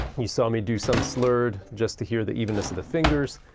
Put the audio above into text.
you saw me do some slurred, just to hear the evenness of the fingers.